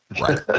Right